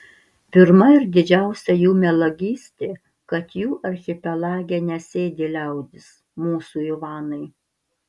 pirma ir didžiausia jų melagystė kad jų archipelage nesėdi liaudis mūsų ivanai